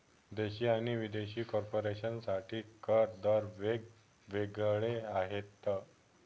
देशी आणि विदेशी कॉर्पोरेशन साठी कर दर वेग वेगळे आहेत